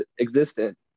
existent